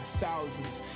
thousands